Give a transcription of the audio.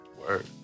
Word